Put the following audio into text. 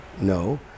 no